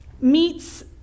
meets